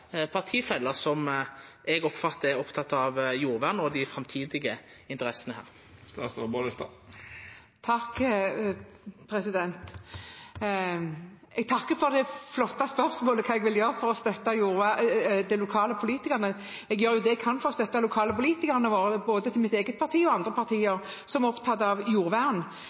partifeller, som eg oppfattar er opptekne av jordvern og dei framtidige interessene? Jeg takker for det flotte spørsmålet om hva jeg vil gjøre for å støtte de lokale politikerne. Jeg gjør det jeg kan for å støtte de lokale politikerne våre – både i mitt eget parti og i andre parti – som er opptatt av jordvern.